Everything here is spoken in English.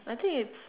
I think it's